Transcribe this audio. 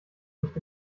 nicht